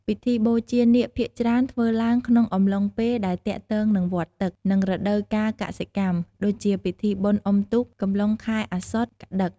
ពិធីបូជានាគភាគច្រើនធ្វើឡើងក្នុងអំឡុងពេលដែលទាក់ទងនឹងវដ្តទឹក និងរដូវកាលកសិកម្ម ដូចជា ពិធីបុណ្យអ៊ុំទូក កុំឡុងខែអសុ្សជ កត្តិក។